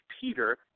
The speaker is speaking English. Peter